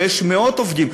שיש בהן מאות עובדים.